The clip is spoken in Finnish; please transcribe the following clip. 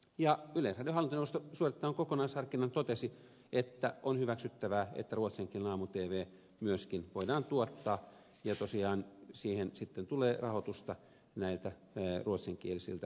yleisradion hallintoneuvosto suoritettuaan kokonaisharkinnan totesi että on hyväksyttävää että ruotsinkielinen aamu tv myöskin voidaan tuottaa ja tosiaan siihen sitten tulee rahoitusta näiltä ruotsinkielisiltä säätiöiltä